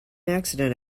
accident